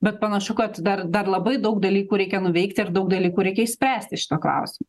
bet panašu kad dar dar labai daug dalykų reikia nuveikti ir daug dalykų reikia išspręsti šituo klausimu